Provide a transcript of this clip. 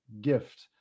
gift